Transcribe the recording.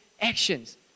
actions